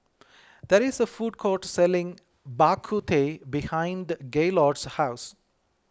there is a food court selling Bak Kut Teh behind Gaylord's house